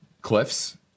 cliffs